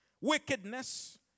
wickedness